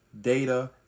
data